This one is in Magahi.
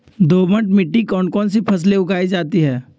दोमट मिट्टी कौन कौन सी फसलें उगाई जाती है?